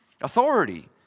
Authority